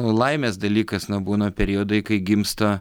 laimės dalykas na būna periodai kai gimsta